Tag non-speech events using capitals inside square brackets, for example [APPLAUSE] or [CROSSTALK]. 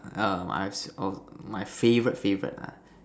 err [NOISE] my favourite favourite ah